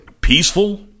Peaceful